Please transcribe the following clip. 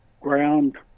ground